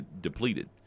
depleted